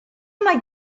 mai